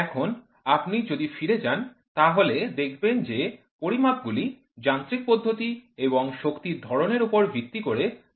এখন আপনি যদি ফিরে যান তাহলে দেখবেন যে পরিমাপ গুলি যান্ত্রিক পদ্ধতি এবং শক্তির ধরনের উপর ভিত্তি করে শ্রেণীবিন্যাস করা হয়েছে